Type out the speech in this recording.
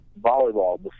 volleyball